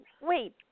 wait